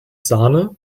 sahne